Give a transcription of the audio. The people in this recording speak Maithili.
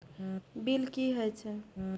बील की हौए छै?